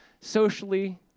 socially